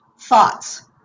Thoughts